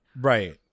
Right